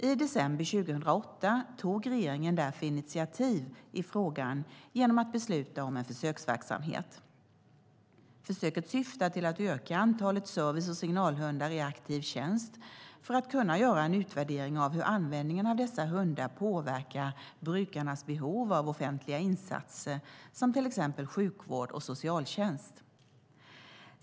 I december 2008 tog regeringen därför initiativ i frågan genom att besluta om en försöksverksamhet. Försöket syftar till att öka antalet service och signalhundar i aktiv tjänst för att kunna göra en utvärdering av hur användningen av dessa hundar påverkar brukarnas behov av olika offentliga insatser som till exempel sjukvård eller socialtjänst.